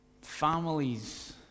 families